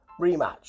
rematch